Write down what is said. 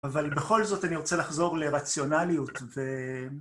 אבל בכל זאת אני רוצה לחזור לרציונליות ו...